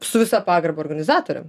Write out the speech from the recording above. su visa pagarba organizatoriam